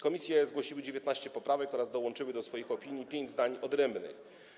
Komisje zgłosiły 19 poprawek oraz dołączyły do swoich opinii pięć zdań odrębnych.